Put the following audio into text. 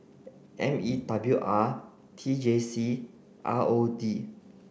M E W R T J C and R O D